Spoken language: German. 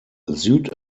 süd